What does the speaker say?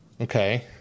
okay